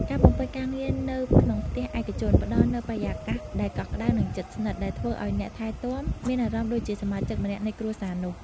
ការបំពេញការងារនៅក្នុងផ្ទះឯកជន ផ្តល់នូវបរិយាកាសដែលកក់ក្តៅ និងជិតស្និទ្ធ ដែលធ្វើឱ្យអ្នកថែទាំមានអារម្មណ៍ដូចជាសមាជិកម្នាក់នៃគ្រួសារនោះ។